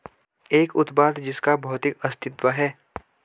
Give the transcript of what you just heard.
एक उत्पाद जिसका भौतिक अस्तित्व है?